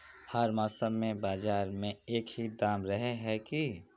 हर मौसम में बाजार में एक ही दाम रहे है की?